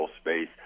space